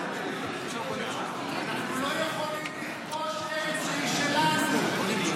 אנחנו לא יכולים לכבוש ארץ שהיא שלנו.